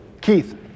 Keith